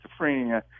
schizophrenia